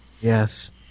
Yes